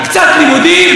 קצת לימודים,